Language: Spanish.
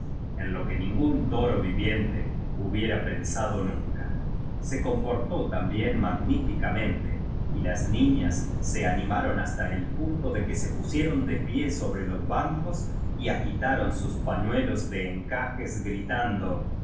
en lo que ningún toro vi viente hubiera pensado nunca se comportó también magní ficamente y las niñas se animaron hasta el punto de que se pusieron de pie sobre los bancos y agitaron sus pañuelos de en cajes gritando